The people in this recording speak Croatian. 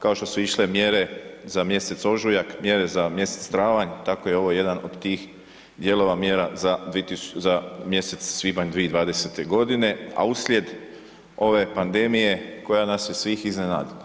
Kao što su išle mjere za mjesec ožujak, mjere za mjesec travanj, tako je i ovo jedan od tih dijelova mjera za mjesec svibanj 2020.g., a uslijed ove pandemije koja nas je svih iznenadila.